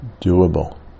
doable